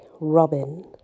Robin